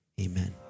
Amen